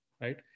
right